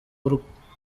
urwe